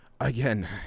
again